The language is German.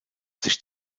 sich